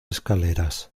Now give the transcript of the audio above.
escaleras